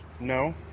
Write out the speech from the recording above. No